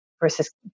versus